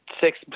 six